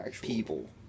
people